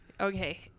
Okay